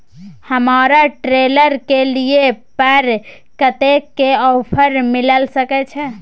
हमरा ट्रेलर के लिए पर कतेक के ऑफर मिलय सके छै?